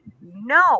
No